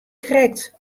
krekt